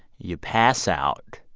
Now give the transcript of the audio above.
you pass out.